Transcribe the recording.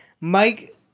Mike